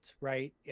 Right